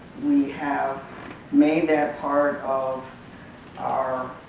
we have made that part of our